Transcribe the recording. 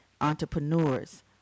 entrepreneurs